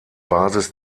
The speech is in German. basis